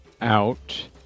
out